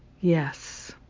yes